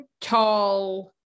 tall